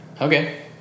Okay